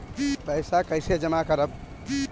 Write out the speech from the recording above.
पैसा कईसे जामा करम?